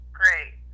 great